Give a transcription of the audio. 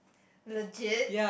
legit